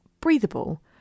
breathable